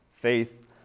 faith